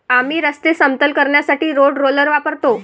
आम्ही रस्ते समतल करण्यासाठी रोड रोलर वापरतो